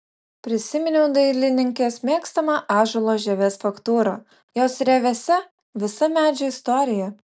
prisiminiau dailininkės mėgstamą ąžuolo žievės faktūrą jos rievėse visa medžio istorija